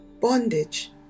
bondage